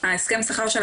לקחת סכום ולהעביר לרשות,